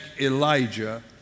Elijah